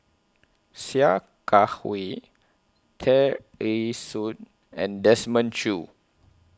Sia Kah Hui Tear Ee Soon and Desmond Choo